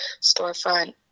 storefront